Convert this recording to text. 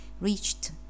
reached